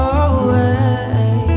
away